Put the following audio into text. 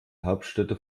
hauptstädte